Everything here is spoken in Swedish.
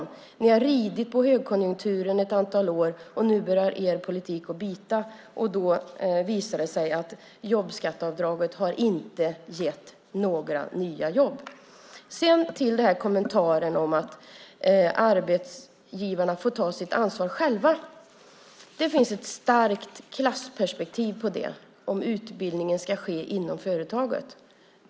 Ni har under ett antal år ridit på högkonjunkturen. Nu när er politik börjar bita visar det sig att jobbskatteavdraget inte har gett några nya jobb. Sedan gäller det kommentaren om att arbetsgivarna själva får ta ett ansvar. Det finns ett starkt klassperspektiv i detta med om utbildningen ska ske inom företaget.